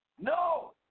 No